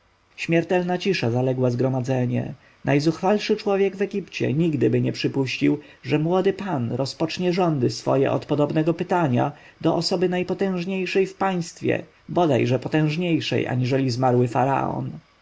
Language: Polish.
śmiertelna cisza zaległa zgromadzenie najzuchwalszy człowiek w egipcie nigdyby nie przypuścił że młody pan rozpocznie rządy swoje od podobnego pytania do osoby najpotężniejszej w państwie bodaj że potężniejszej aniżeli zmarły faraon